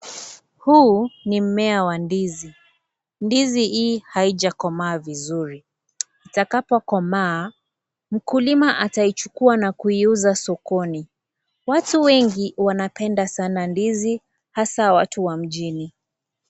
Huu ni mmea wa ndizi. Ndizi hii haijakomaa vizuri. Itakapo komaa, mkulima ataichukua na kuiuza sokoni. Watu wengi wanapenda sana ndizi, hasa watu wa mjini.